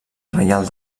reial